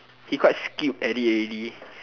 he quite skilled at it already